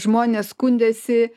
žmonės skundėsi